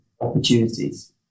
opportunities